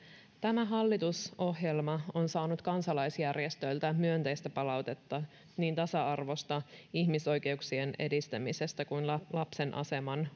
tämä hallitusohjelma on saanut kansalaisjärjestöiltä myönteistä palautetta niin tasa arvosta ihmisoikeuksien edistämisestä kuin lapsen aseman